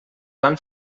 van